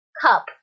cup